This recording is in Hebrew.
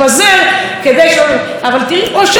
או שאת לא רואה טלוויזיה,